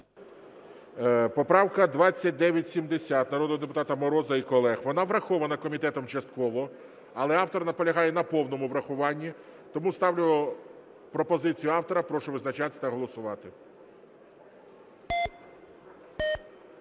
Поправка 2970 народного депутата Мороза і колег. Вона врахована комітетом частково. Але автор наполягає на повному врахуванні. Тому ставлю пропозицію автора. Прошу визначатися та голосувати.